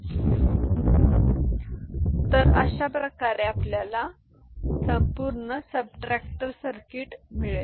bin तर अशाप्रकारे आपल्याला संपूर्ण सबट्रॅक्टर सर्किट ठीक मिळेल